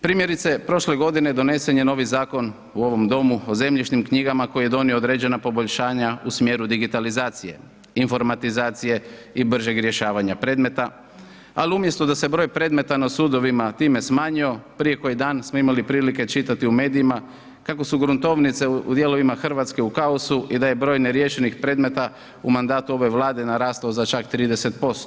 Primjerice, prošle godine donesen je novi zakon u ovom domu o zemljišnim knjigama koji je donio određena poboljšanja u smjeru digitalizacije, informatizacije i bržeg rješavanja predmeta, al umjesto da se broj predmeta na sudovima time smanjio, prije koji dan smo imali prilike čitati u medijima kako su gruntovnice u dijelovima RH u kaosu i da je broj neriješenih predmeta u mandatu ove Vlade narastao za čak 30%